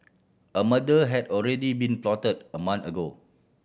a murder had already been plotted a month ago